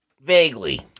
Vaguely